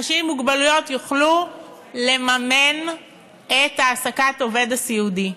אנשים עם מוגבלות יוכלו לממן את העסקת העובד הסיעודי.